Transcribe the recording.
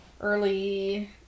early